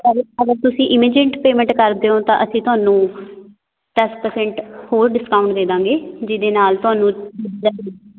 ਪਰ ਅਗਰ ਤੁਸੀਂ ਇਮੀਡੀਏਟ ਪੇਮੈਂਟ ਕਰਦੇ ਓਂ ਤਾਂ ਅਸੀਂ ਤੁਹਾਨੂੰ ਦਸ ਪ੍ਰਸੈਂਟ ਹੋਰ ਡਿਸਕਾਊਂਟ ਦੇ ਦਾਂਗੇ ਜਿਹਦੇ ਨਾਲ ਤੁਹਾਨੂੰ